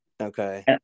Okay